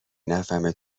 نفهمه